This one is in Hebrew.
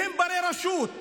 והם בני-רשות.